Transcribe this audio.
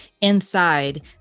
inside